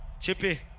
Chippy